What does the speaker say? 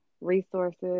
resources